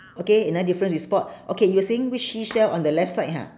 okay another difference we spot okay you were saying which seashell on the left side ha